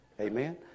Amen